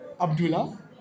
Abdullah